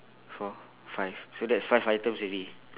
four five so that's five items already